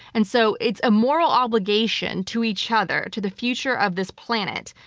and so, it's a moral obligation to each other, to the future of this planet,